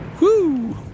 Woo